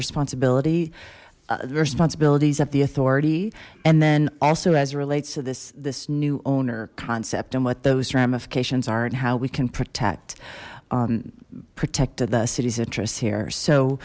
responsibilities the responsibilities of the authority and then also as it relates to this this new owner concept and what those ramifications are and how we can protect protect the city's interests here so